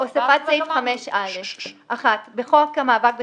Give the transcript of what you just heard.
הוספת סעיף 5א 1. בחוק המאבק בטרור,